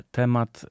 temat